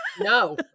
no